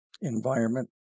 environment